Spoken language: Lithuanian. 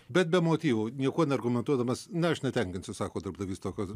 bet be motyvų niekuo argumentuodamas na aš netenkinsiu sako darbdavys tokio